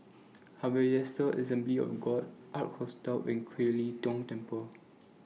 Harvester Assembly of God Ark Hostel and Kiew Lee Tong Temple